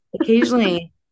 occasionally